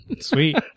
Sweet